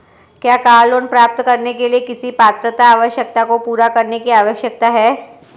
क्या car loan प्राप्त करने के लिए किसी पात्रता आवश्यकता को पूरा करने की आवश्यकता है?